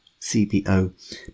CBO